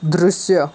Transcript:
દૃશ્ય